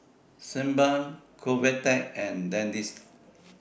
Sebamed Convatec and Dentiste